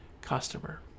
customer